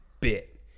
bit